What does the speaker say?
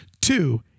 Two